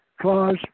Clause